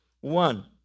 One